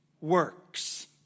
works